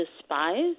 despise